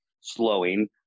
slowing